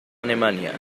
alemania